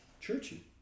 churchy